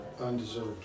undeserved